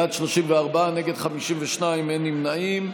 בעד, 34, נגד, 52, אין נמנעים.